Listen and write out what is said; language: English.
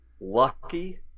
Lucky